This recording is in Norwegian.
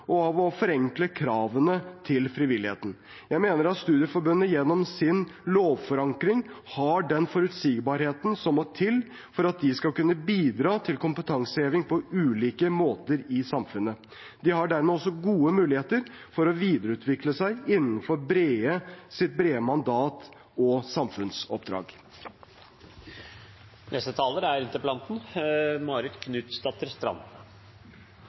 og forenkle kravene til frivilligheten. Jeg mener at studieforbundene gjennom sin lovforankring har den forutsigbarheten som må til for at de skal kunne bidra til kompetanseheving på ulike måter i samfunnet. De har dermed også gode muligheter til å videreutvikle seg innenfor sitt brede mandat og samfunnsoppdrag. Det er godt å høre at vi kan være enige om frivillighetens verdi, og jeg er